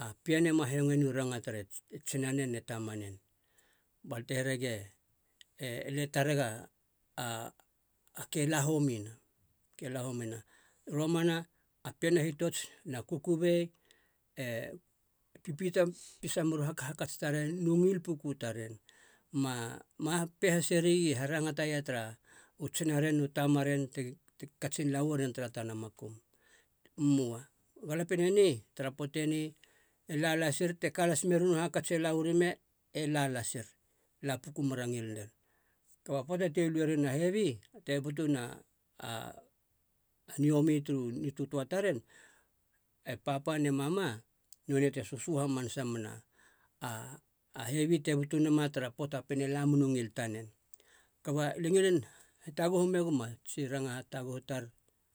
a pien ma hengoe nei u ranga tere tsinanen ne tamanen bal te here gia alia e tarega a- a ke la homina ke la homina. I romana a pien a hitots na kukubei e pipiata peisamer u hakhakats taren nu ngil puku taren ma- ma pe haseri gi harangataia tara u tsinaren nu tamaren te katsin lauaren tara tana makum, moa. Galapien eni tara poate ni e la lasir, te ka las meren u hakats e lauar i me, e la lasir. E la puku mer a ngil ren, kaba poata te lue ren a hevi, te butuna, a- a niomi turu nitotoa taren, e papa ne mama, nonei te susu hamanasa mena a- a hevi te butu nama, tara poata a pien e la mena u ngil tanen. Kaba alia ngilin hitaguhu meguma tsi rangan hitaguhu tar.